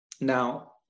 Now